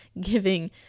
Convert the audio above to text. giving